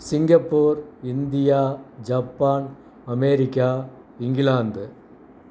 Singapore India Japan America England